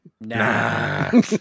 Nah